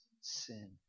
sin